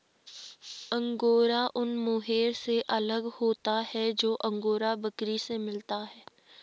angora ऊन mohair से अलग होता है जो अंगोरा बकरी से मिलता है